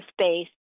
space